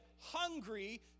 hungry